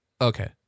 Okay